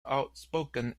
outspoken